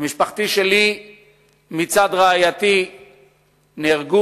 במשפחתי שלי מצד רעייתי נהרגו